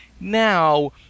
Now